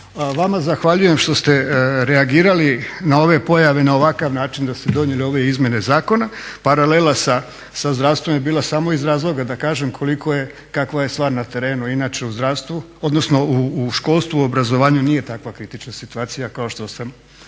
Vama zahvaljujem što ste reagirali na ove pojave na ovakav način da ste donijeli ove izmjene zakona. Paralela sa zdravstvenim je bila samo iz razloga da kažem kakva je stvar na terenu, inače u zdravstvu, odnosno u školstvu, u obrazovanju nije takva kritična situacija kao što sam